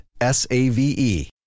S-A-V-E